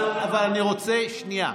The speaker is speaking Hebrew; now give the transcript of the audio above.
שנייה.